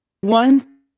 One